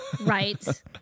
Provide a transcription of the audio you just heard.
Right